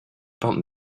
about